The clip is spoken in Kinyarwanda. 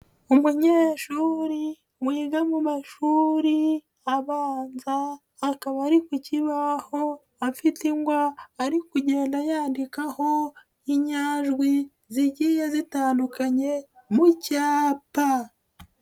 Umunyeshuri wiga mu mashuri abanza, akaba ari ku kibaho afite ingwa, ari kugenda yandikaho inyajwi zigiye zitandukanye, mu cyapa.